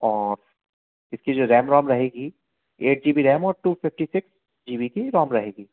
और इसकी जो रैम रोम रहेगी ऐट जी बी रैम और two fifty six G B की रोम